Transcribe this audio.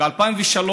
ב-2003,